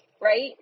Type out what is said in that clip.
right